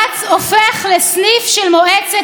אז קודם באתם בטענות על אמירה שמעולם לא אמרתי,